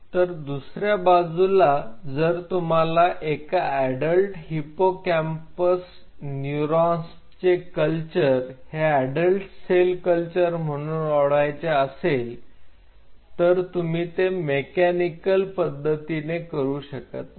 तर दुसऱ्या बाजूला जर तुम्हाला एका अडल्ट हिपोकॅम्पस न्यूरॉन्स चे कल्चर हे अडल्ट सेल कल्चर म्हणून वाढवायचे असेल तर तुम्ही ते मेकॅनिकल पद्धतीने करू शकत नाही